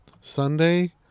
Sunday